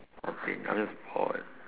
I think I'm just bored